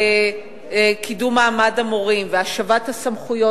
וקידום מעמד המורים והשבת הסמכויות,